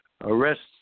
arrests